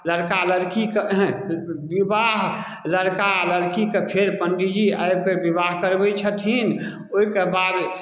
लड़का लड़कीके विवाह लड़का लड़कीके फेर पण्डित जी आबि कऽ बिबाह करबै छथिन ओहिके बाद